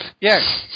Yes